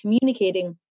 communicating